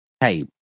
hey